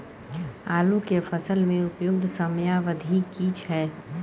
आलू के फसल के उपयुक्त समयावधि की छै?